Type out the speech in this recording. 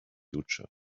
future